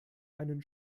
einen